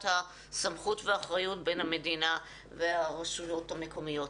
הסמכות ואחריות בין המדינה לרשויות המקומיות.